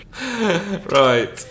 Right